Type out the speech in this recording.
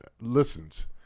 listens